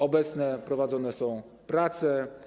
Obecnie prowadzone są prace.